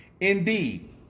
Indeed